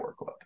workload